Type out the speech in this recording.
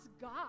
God